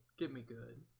give me good.